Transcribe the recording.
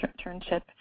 internship